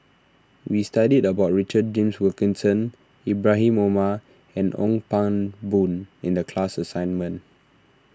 we studied about Richard James Wilkinson Ibrahim Omar and Ong Pang Boon in the class assignment